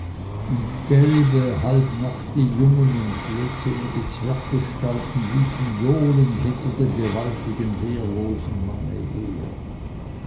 und gelbe halbnackte jungen und blödsinnige zwerggestalten liefen johlend hinter dem gewaltigen wehrlosen manne her